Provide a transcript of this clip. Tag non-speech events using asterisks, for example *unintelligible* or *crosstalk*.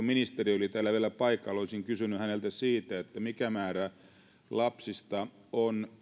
*unintelligible* ministeri oli täällä vielä paikalla olisin kysynyt häneltä siitä mikä määrä lapsista on